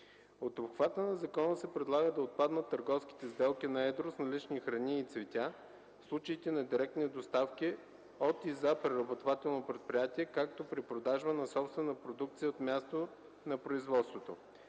От обхвата на закона се предлага да отпаднат търговските сделки на едро с налични храни и цветя, в случаите на директни доставки от и за преработвателно предприятие, както при продажби на собствена продукция от мястото на производството.